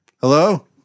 hello